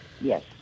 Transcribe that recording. yes